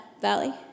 Valley